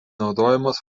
naudojamos